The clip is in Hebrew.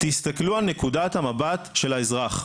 תסתכלו על נקודת המבט של האזרח,